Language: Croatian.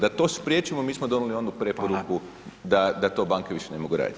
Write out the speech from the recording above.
Da to spriječimo mi smo donijeli onu preporuku da to banke više ne mogu raditi.